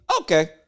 okay